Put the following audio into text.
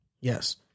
Yes